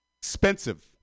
Expensive